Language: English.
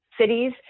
cities